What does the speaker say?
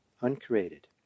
uncreated